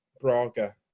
Braga